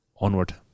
onward